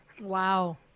Wow